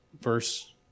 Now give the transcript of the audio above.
verse